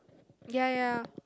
ya ya